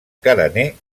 carener